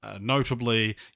notably